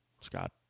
Scott